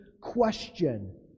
question